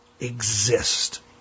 exist